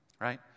right